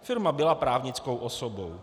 Firma byla právnickou osobou.